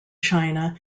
china